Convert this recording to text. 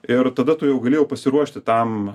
ir tada tu jau gali jau pasiruošti tam